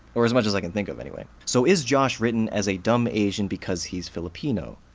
or as much as i can think of, anyway. so is josh written as a dumb asian because he's filipino?